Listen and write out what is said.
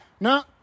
No